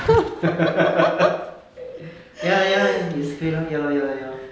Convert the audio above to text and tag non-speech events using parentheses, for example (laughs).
(laughs) ya ya ya 也是可以 lor ya lor ya lor ya lor